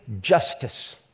justice